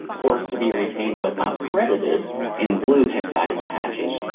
forest to be retained but not credited in blue hexagonal hatching.